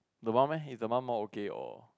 the mum eh is the mum more okay or